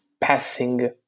passing